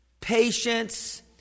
patience